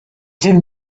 then